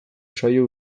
zaio